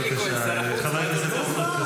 אלי כהן, שר החוץ.